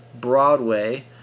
Broadway